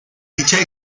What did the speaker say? dicha